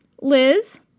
Liz